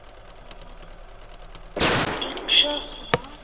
Vrikshasana